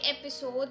episode